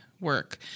work